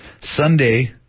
Sunday